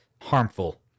harmful